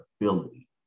ability